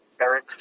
Eric